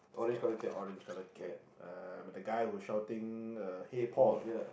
it's a cap it's a orange colour cap uh the guy who shouting uh hey Paul